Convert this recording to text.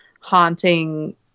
haunting